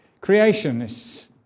Creationists